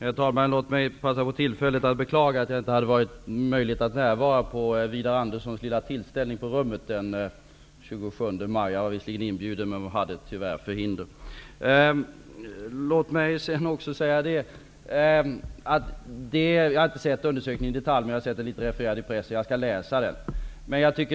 Herr talman! Låt mig passa på tillfället att beklaga att jag inte hade möjlighet att närvara på Widar Jag var visserligen inbjuden, men jag hade tyvärr förhinder. Låt mig också säga att jag inte har sett undersökningen i detalj utan bara sett några referat i pressen. Jag skall läsa den.